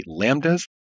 Lambdas